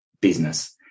business